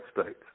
states